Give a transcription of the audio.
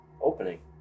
opening